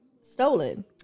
stolen